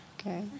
okay